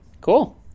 cool